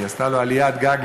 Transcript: היא עשתה לו עליית גג,